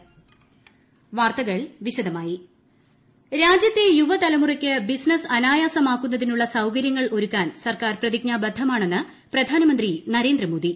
പ്രധാനമന്ത്രി രാജ്യത്തെ യുവതലമുറയ്ക്ക് ബിസിനസ് അനായാസമാക്കുന്നതിനുള്ള സൌകര്യങ്ങൾ ഒരുക്കാൻ സർക്കാർ പ്രതിജ്ഞാബദ്ധമാണെന്ന് പ്രധാനമന്ത്രി നരേന്ദ്രമോദി